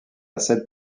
cette